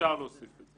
אפשר להוסיף את זה.